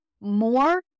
more